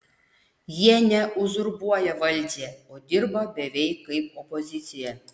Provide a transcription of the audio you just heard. jie ne uzurpuoja valdžią o dirba beveik kaip opozicija